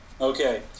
Okay